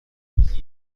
بود